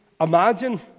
imagine